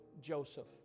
Joseph